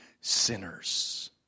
sinners